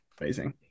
Amazing